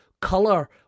color